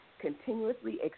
continuously